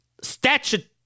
statute